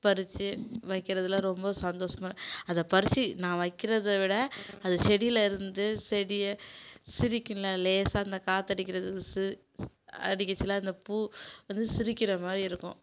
பறித்து வைக்கிறதெல்லாம் ரொம்ப சந்தோஷமா அதை பறித்து நான் வைக்கிறதை விட அதை செடியில் இருந்து செடியை சிரிக்குமில லேசாக அந்த காற்றடிக்குறது அடிக்குச்சிலாம் இந்த பூ வந்து சிரிக்கிற மாதிரி இருக்கும்